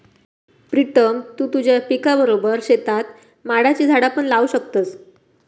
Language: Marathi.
प्रीतम तु तुझ्या पिकाबरोबर शेतात माडाची झाडा पण लावू शकतस